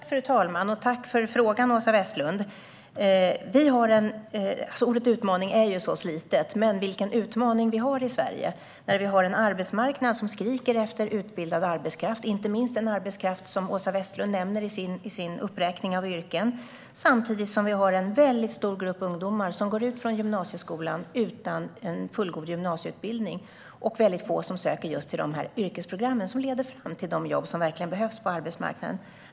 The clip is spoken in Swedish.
Fru talman! Tack för frågan, Åsa Westlund! Ordet utmaning är slitet, men vilken utmaning vi har i Sverige! Vi har en arbetsmarknad som skriker efter utbildad arbetskraft, inte minst den arbetskraft som Åsa Westlund nämner i sin uppräkning av yrken, samtidigt som vi har en mycket stor grupp ungdomar som går ut från gymnasieskolan utan en fullgod gymnasieutbildning och mycket få som söker till yrkesprogrammen som leder fram till de jobb som verkligen behövs på arbetsmarknaden.